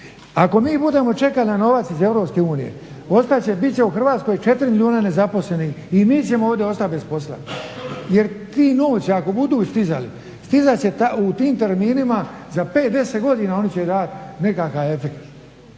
Ako mi budemo čekali na novac iz Europske unije ostat će, bit će u Hrvatskoj 4 milijuna nezaposlenih i mi ćemo ovdje ostati bez posla. Jer ti novci ako budu stizali stizat će u tim terminima za pet, deset godina oni će dati nekakav efekt.